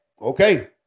Okay